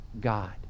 God